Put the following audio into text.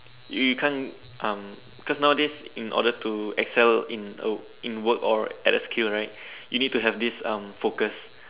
you you can't um cause nowadays in order to Excel in a in work or at a skill right you need to have this um focus